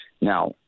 Now